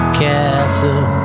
castle